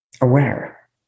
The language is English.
aware